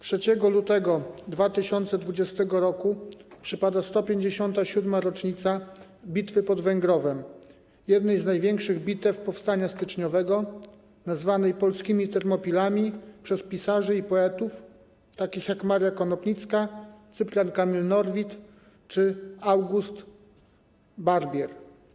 3 lutego 2020 r. przypada 157. rocznica bitwy pod Węgrowem, jednej z największych bitew powstania styczniowego, nazwanej polskimi Termopilami przez pisarzy i poetów takich jak Maria Konopnicka, Cyprian Kamil Norwid czy August Barbier.